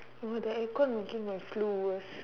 oh the air-con making my flu worse